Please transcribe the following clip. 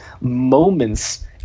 moments